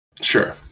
sure